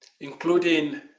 including